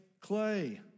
clay